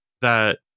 that-